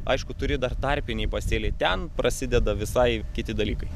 aišku turi dar tarpiniai pasėliai ten prasideda visai kiti dalykai